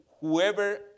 whoever